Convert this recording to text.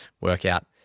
workout